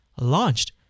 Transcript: launched